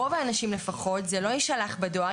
ההנחה היא שלרוב האנשים לפחות זה לא יישלח בדואר,